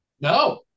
No